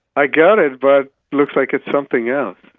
i got it, but looks like it's something else.